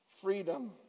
Freedom